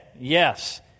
Yes